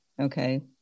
Okay